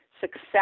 success